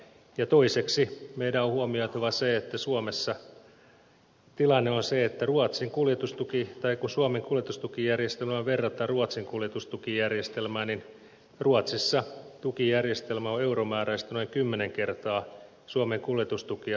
toiseksi meidän on huomioitava se että suomessa tilanne on se että kun suomen kuljetustukijärjestelmää verrataan ruotsin kuljetustukijärjestelmään niin ruotsissa tukijärjestelmä on euromääräisesti noin kymmenen kertaa suomen kuljetustukea suurempi